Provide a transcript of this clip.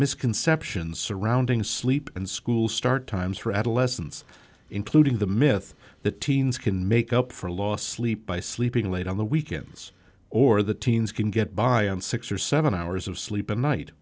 misconceptions surrounding sleep and school start times for adolescence including the myth that teens can make up for lost sleep by sleeping late on the weekends or the teens can get by on six or seven hours of sleep a night